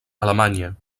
alemanya